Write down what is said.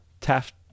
Taft